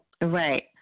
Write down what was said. right